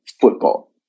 football